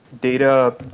data